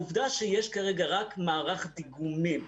העובדה שיש כרגע רק מערך דיגומים,